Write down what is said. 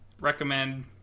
recommend